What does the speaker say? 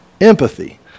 Empathy